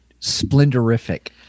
splendorific